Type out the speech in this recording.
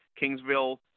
Kingsville